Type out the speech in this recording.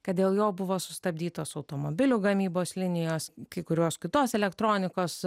kad dėl jo buvo sustabdytos automobilių gamybos linijos kai kurios kitos elektronikos